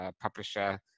publisher